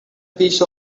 piece